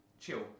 Chill